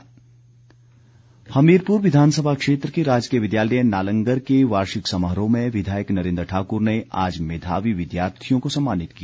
पुरस्कार हमीरपुर विधानसभा क्षेत्र के राजकीय विद्यालय नालंगर के वार्षिक समारोह में विधायक नरेन्द्र ठाकुर ने आज मेधावी विद्यार्थियों को सम्मानित किया